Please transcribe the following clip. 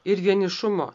ir vienišumo